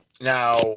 Now